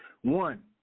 One